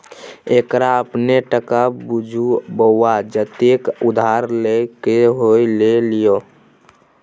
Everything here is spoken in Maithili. एकरा अपने टका बुझु बौआ जतेक उधार लए क होए ल लिअ